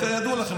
כידוע לכם,